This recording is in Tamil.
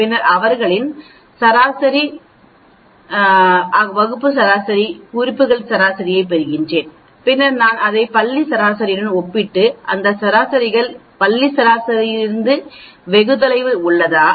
பின்னர் அவற்றின் சராசரி வகுப்பு சராசரி குறிப்புகள் சராசரியைப் பெறுகிறேன் பின்னர் நான் அதை பள்ளி சராசரியுடன் ஒப்பிட்டு இந்த சராசரிகள் பள்ளி சராசரியிலிருந்து வெகு தொலைவில் உள்ளதா